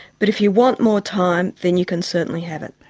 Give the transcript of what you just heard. but if you want more time then you can certainly have it.